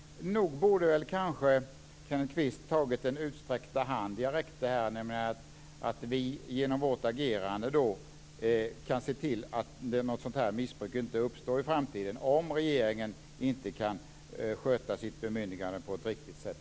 Nog borde väl Kenneth Kvisth ha tagit den utsträckta hand som jag räckte fram, nämligen att vi genom vårt agerande kan se till att sådant här missbruk inte uppstår i framtiden om regeringen inte kan sköta sitt bemyndigande på ett riktigt sätt.